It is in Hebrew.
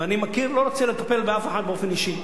ואני מכיר, לא רוצה לטפל באף אחד באופן אישי.